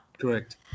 correct